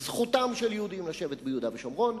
זכותם של יהודים לשבת ביהודה ושומרון,